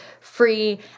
free